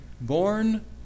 born